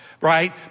right